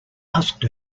asked